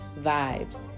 Vibes